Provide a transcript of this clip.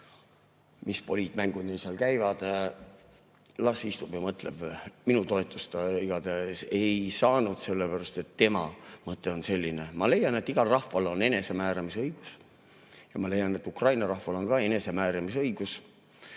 Mis poliitmängud neil seal käivad, las istub ja mõtleb. Minu toetust ta igatahes ei saanud, sellepärast et tema mõte on selline. Ma leian, et igal rahval on enesemääramise õigus, ja ma leian, et Ukraina rahval on ka enesemääramise õigus.